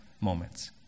moments